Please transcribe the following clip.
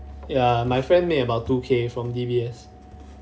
ya my friend made about two K from D_B_S